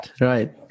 Right